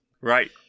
Right